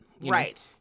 Right